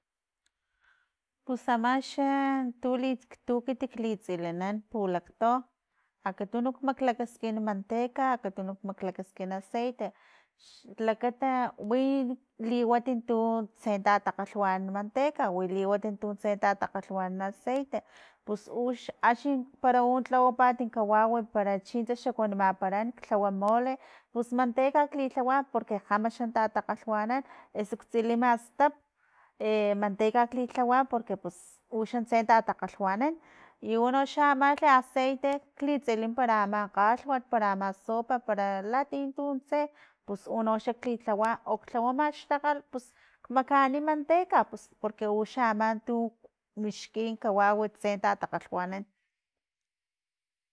Pus ama xa tul ek- ekiti li tsilinan pulakto akatun maklakaskin manteca, akatun maklakaskin acaite, xlakata wi liwat tu- tuntse ta takgalhwanan manateca wi liwat untu tse tatakgalwanan aceite, pus ux axi para u lhawapat kawawi para chixa kuanimaparan eso lhawa mole pus manteca klihlawa porque kgama xa ta takgalhgwanan eso ktsilima stap manteca klilhawa porque pus uxantse ta takgalhwanan i uno xa ama aceite klitsili para ama kgalhwat para ama sopa para latia tuntse pus unoxa klilhawa o klhawama ktakgal pus makaani manteca pus porque uxa ama tu mixki kawau tse ta takgalhwanan.